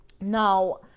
now